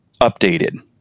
updated